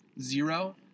zero